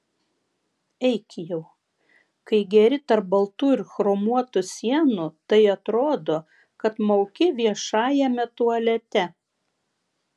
eik jau kai geri tarp baltų ir chromuotų sienų tai atrodo kad mauki viešajame tualete